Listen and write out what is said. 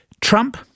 Trump